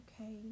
okay